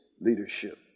leadership